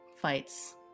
fights